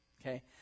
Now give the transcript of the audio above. Okay